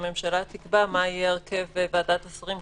שהממשלה תיקבע מה יהיה הרכב ועדת השרים.